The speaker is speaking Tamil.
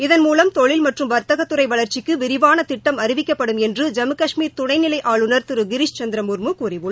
இதன் மூலம் தொழில் மற்றும் வர்த்தகத்துறை வளர்ச்சிக்கு விரிவாள திட்டம் அறிவிக்கப்படும் என்று ஜம்மு கஷ்மீர் துணை நிலை ஆளுநர் திரு கிரிஸ் சந்திர முர்மு கூறியுள்ளார்